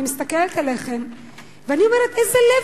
אני מסתכלת עליכם ואני אומרת: איזה לב